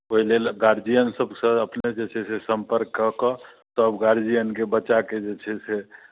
ओहिलेल गार्जियन सबसँ अपने जे छै से सम्पर्क कऽ कऽ सब गार्जियनके बच्चाके जे छै से